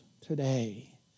today